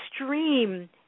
extreme